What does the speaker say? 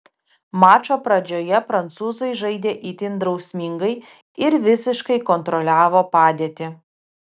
mačo pradžioje prancūzai žaidė itin drausmingai ir visiškai kontroliavo padėtį